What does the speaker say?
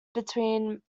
between